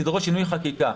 זה ידרוש שינוי חקיקה.